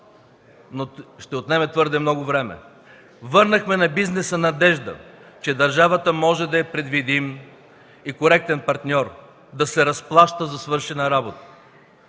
но ще отнеме твърде много време. Върнахме на бизнеса надеждата, че държавата може да е предвидим и коректен партньор, да се разплаща за свършена работа.